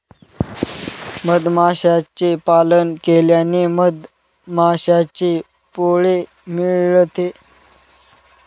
मधमाशांचे पालन केल्याने मधमाशांचे पोळे मिळते